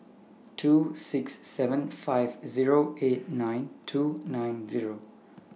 two six seven five Zero eight nine two nine Zero